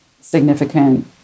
significant